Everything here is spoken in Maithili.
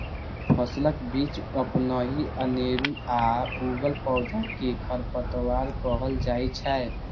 फसलक बीच अपनहि अनेरुआ उगल पौधा कें खरपतवार कहल जाइ छै